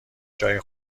جای